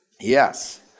Yes